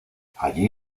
allí